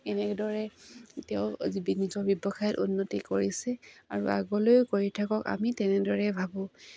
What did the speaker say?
এনেদৰে তেওঁ নিজৰ ব্যৱসায়ত উন্নতি কৰিছে আৰু আগলৈও কৰি থাকক আমি তেনেদৰে ভাবোঁ